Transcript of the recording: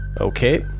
okay